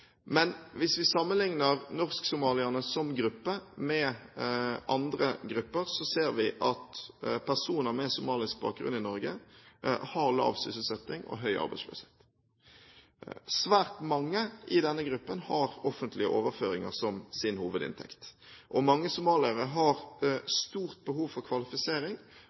Men hvis vi sammenligner norsk-somalierne som gruppe med andre grupper, ser vi at personer med somalisk bakgrunn i Norge har lav sysselsetting og høy arbeidsløshet. Svært mange i denne gruppen har offentlige overføringer som sin hovedinntekt. Mange somaliere har stort behov for kvalifisering,